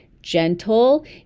gentle